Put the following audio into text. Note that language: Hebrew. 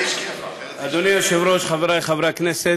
אדוני היושב-ראש, חברי חברי הכנסת,